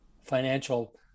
financial